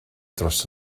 dros